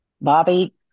Bobby